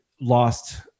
lost